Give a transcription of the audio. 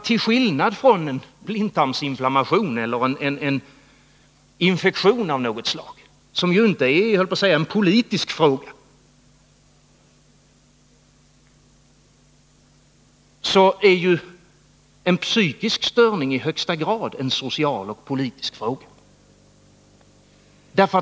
Till skillnad från en blindtarmsinflammation eller en infektion av något slag, som ju inte är en politisk fråga, är en psykisk störning i högsta grad en social och politisk fråga.